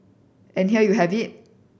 and here you have it